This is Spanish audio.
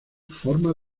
forma